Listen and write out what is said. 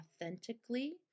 authentically